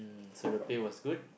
so the pay was good